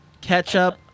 ketchup